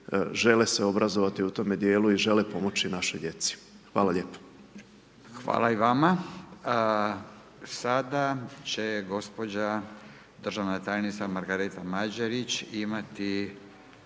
žele obrazovati u tome dijelu i žele pomoći našoj djeci. Hvala lijepo. **Radin, Furio (Nezavisni)** Hvala i vama. Sada će gospođa državna tajnica Margareta Mađerić imati